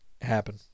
happen